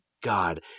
God